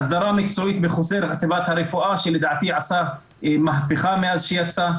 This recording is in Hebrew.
הסדרה מקצועית --- חטיבת הרפואה שלדעתי עשתה מהפכה מאז שהיא יצאה,